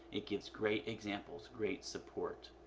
it gives great examples great support.